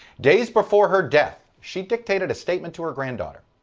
days before her death, she dictated a statement to her granddaughter.